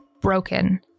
broken